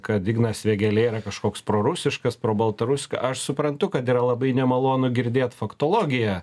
kad ignas vėgėlė yra kažkoks prorusiškas probaltaruska aš suprantu kad yra labai nemalonu girdėt faktologiją